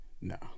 no